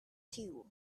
two